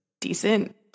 decent